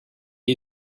est